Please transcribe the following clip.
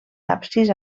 absis